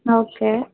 okay